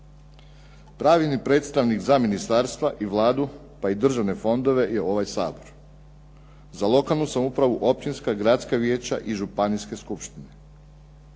Pravilni predstavnik za ministarstva i Vladu, pa i državne fondove je ovaj Sabor. Za lokalnu samoupravu, općinska i gradska vijeća i županijske skupštine.